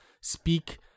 speak